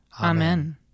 Amen